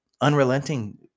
unrelenting